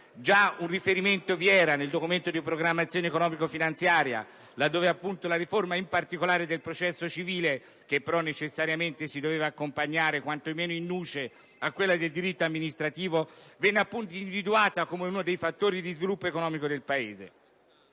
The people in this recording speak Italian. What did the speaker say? già presente nel Documento di programmazione economico‑finanziaria, laddove la riforma, in particolare del processo civile (che però necessariamente si doveva accompagnare, quanto meno *in* *nuce*, a quella del diritto amministrativo), venne appunto individuata come uno dei fattori di sviluppo economico del Paese.